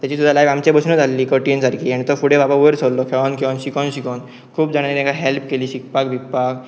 तेची सुद्दाक आमचे बसनू जाल्ली कठीण सारकी आनी तो फुडे बाबा वयर सरलो खेळोन खेळोन शिकोन शिकोन खूब जाणें तांकां हेल्प केली शिकपाक विकपाक